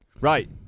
right